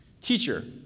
Teacher